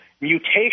mutation